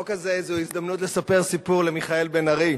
החוק הזה הוא הזדמנות לספר סיפור למיכאל בן-ארי.